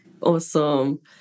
Awesome